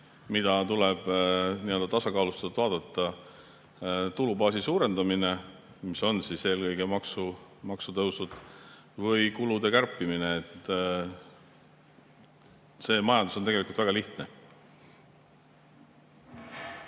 mida tuleb tasakaalustatult vaadata: tulubaasi suurendamine, mis on eelkõige maksutõusud, või kulude kärpimine. Majandus on tegelikult väga lihtne.